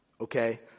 okay